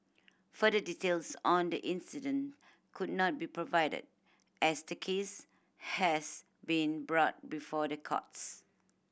further details on the incident could not be provided as the case has been brought before the courts